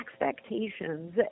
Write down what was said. expectations